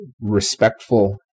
respectful